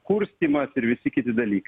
kurstymas ir visi kiti dalyk